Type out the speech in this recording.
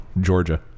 Georgia